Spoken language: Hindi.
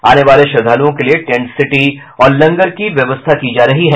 आने वाले श्रद्वालुओं के लिये टेंट सिटी और लंगर की व्यवस्था की जा रही है